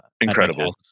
Incredible